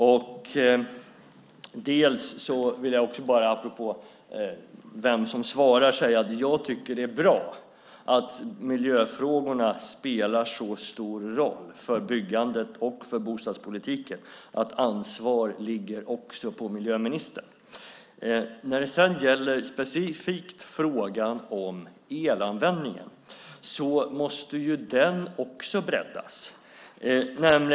Jag vill apropå vem som svarar säga att jag tycker att det är bra att miljöfrågorna spelar så stor roll för byggandet och för bostadspolitiken att ansvar också ligger på miljöministern. Frågan om elanvändningen måste breddas.